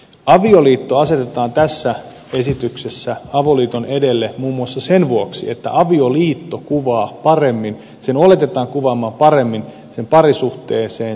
avioliitto asetetaan tässä esityksessä avoliiton edelle muun muassa sen vuoksi että avioliiton oletetaan kuvaavan paremmin siihen parisuhteeseen sitoutuneisuutta ja pysyvyyttä